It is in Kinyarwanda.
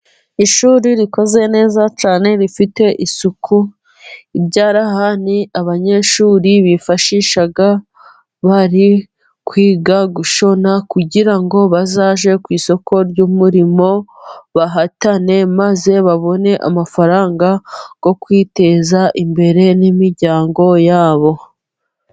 Ishuri rikoze neza cyane rifite isuku. Ibyarahani abanyeshuri bifashisha bari kwiga gushona, kugira ngo bazajye ku isoko ry'umurimo, bahatane maze babone amafaranga ko kwiteza imbere n'imiryango yabo.